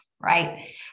right